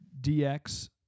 DX